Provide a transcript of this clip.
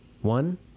one